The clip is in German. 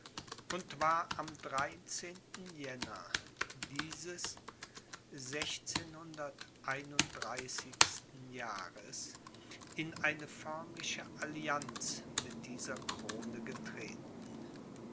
und war am jena dieses jahres in eine förmliche allianz mit dieser krone getreten